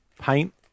paint